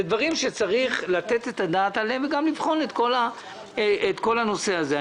אלה דברים שצריך לתת עליהם את הדעת וגם לבחון את כל הנושא הזה.